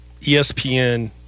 espn